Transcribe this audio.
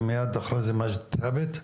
ומיד אחרי זה מג'ד ת'אבת.